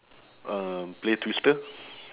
um play twister